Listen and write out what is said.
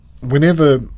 whenever